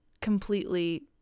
completely